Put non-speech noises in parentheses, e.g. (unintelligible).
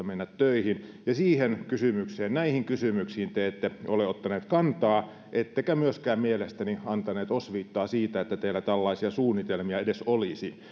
(unintelligible) mennä töihin ja siihen kysymykseen näihin kysymyksiin te ette ole ottaneet kantaa ettekä myöskään mielestäni antaneet osviittaa siitä että teillä tällaisia suunnitelmia edes olisi (unintelligible)